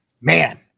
man